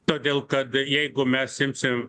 todėl kad jeigu mes imsim